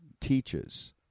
teaches